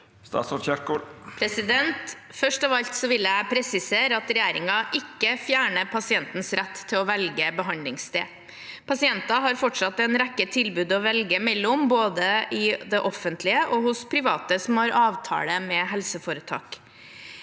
Først av alt vil jeg presisere at regjeringen ikke fjerner pasientens rett til å velge behandlingssted. Pasientene har fortsatt en rekke tilbud å velge mellom, både i det offentlige og hos private som har avtale med et helseforetak.